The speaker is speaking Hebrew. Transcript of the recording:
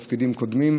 גם מתוך תפקידים קודמים.